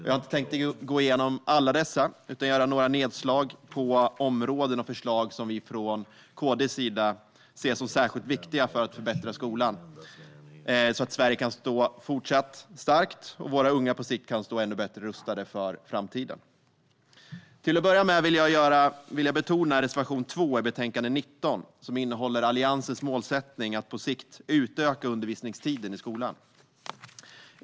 Jag har inte tänkt gå igenom dem alla utan göra några nedslag på områden och förslag som vi från KD:s sida ser som särskilt viktiga för att förbättra skolan, så att Sverige kan stå fortsatt starkt och våra unga på sikt kan stå ännu bättre rustade för framtiden. Till att börja med vill jag betona reservation 2 i betänkande 19, som innehåller Alliansens målsättning att på sikt utöka undervisningstiden i skolan.